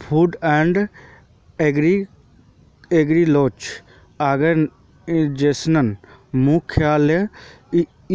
food and agriculture आर्गेनाईजेशनेर मुख्यालय